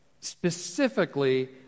specifically